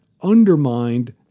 undermined